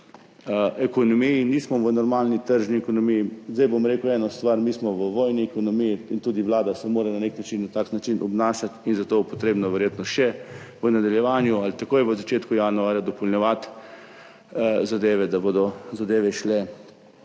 in ker nismo v normalni tržni ekonomiji, zdaj bom rekel eno stvar, mi smo v vojni ekonomiji in tudi Vlada se mora na tak način obnašati in zato bo potrebno verjetno še v nadaljevanju ali takoj v začetku januarja dopolnjevati zadeve, da bodo šle